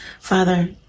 Father